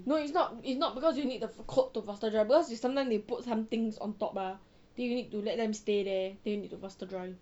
no it's not it's not because you need the coat to faster dry because it's sometimes they put some things on top mah then you need to let them stay there then need to faster dry